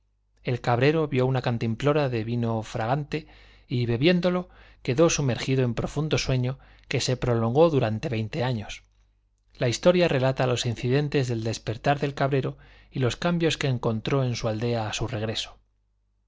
el cabrero vió una cantimplora de vino fragante y bebiéndolo quedó sumergido en profundo sueño que se prolongó durante veinte años la historia relata los incidentes del despertar del cabrero y los cambios que encontró en su aldea a su regreso